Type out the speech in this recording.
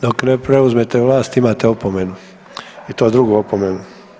Dobro, dok ne preuzmete vlast imate opomenu i to drugu opomenu.